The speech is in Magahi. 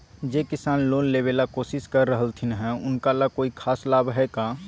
जे किसान लोन लेबे ला कोसिस कर रहलथिन हे उनका ला कोई खास लाभ हइ का?